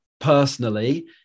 personally